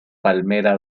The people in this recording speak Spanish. palmera